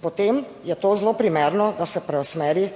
potem je to zelo primerno, da se preusmeri